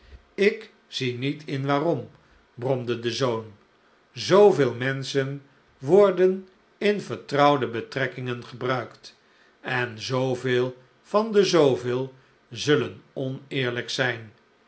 ik zie niet in waarom bromde de zoon zooveel menschen worden in vertrouwde betrekkingen gebruikt en zooveel van de zooveel zullen oneerlijk zijn